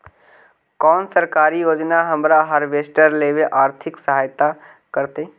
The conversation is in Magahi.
कोन सरकारी योजना हमरा हार्वेस्टर लेवे आर्थिक सहायता करतै?